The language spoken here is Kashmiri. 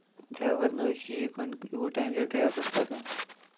ڈریوَر نہ حظ چھُیی نہٕ کُنہِ یوٗت ٹایم چھا ڈریورَس لَگان